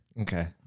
okay